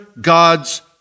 God's